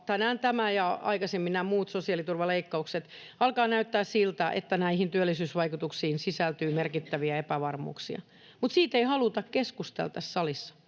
tänään tämä ja aikaisemmin nämä muut sosiaaliturvaleikkaukset, alkaa näyttää siltä, että näihin työllisyysvaikutuksiin sisältyy merkittäviä epävarmuuksia. Mutta siitä ei haluta keskustella tässä